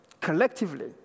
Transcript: collectively